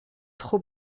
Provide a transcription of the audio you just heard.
trop